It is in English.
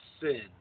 sin